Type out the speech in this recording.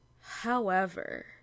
However-